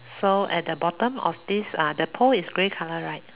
so at the bottom of this uh the pole is grey color right